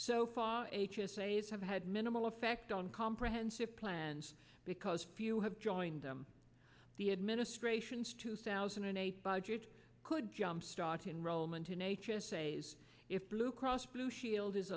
is have had minimal effect on comprehensive plans because if you have joined them the administration's two thousand and eight budget could jumpstart enroll meant an h s a is if blue cross blue shield is